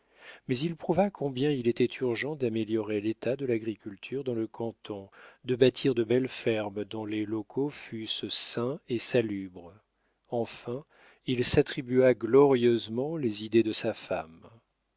mais il prouva combien il était urgent d'améliorer l'état de l'agriculture dans le canton de bâtir de belles fermes dont les locaux fussent sains et salubres enfin il s'attribua glorieusement les idées de sa femme